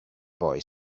boy